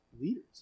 leaders